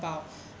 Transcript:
about